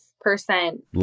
percent